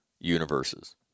universes